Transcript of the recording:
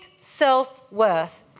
self-worth